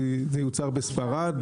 אם זה יוצר בספרד,